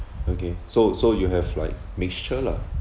okay so so you have like mixture lah